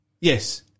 Yes